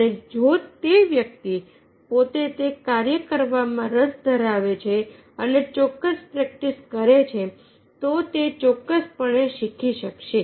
અને જો તે વ્યક્તિ પોતે તે કાર્ય કરવામાં રસ ધરાવે છે અને ચોક્કસ પ્રેક્ટિસ કરે છે તો તે ચોક્કસપણે શીખી શકશે